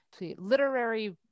literary